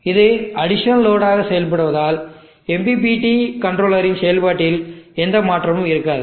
இது additional load ஆக செயல்படுவதால் MPPT கண்ட்ரோலரின் செயல்பாட்டில் எந்த மாற்றமும் இருக்காது